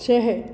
छः